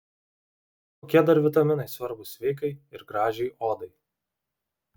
kokie dar vitaminai svarbūs sveikai ir gražiai odai